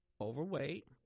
overweight